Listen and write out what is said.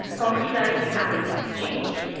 concretized the active exchange.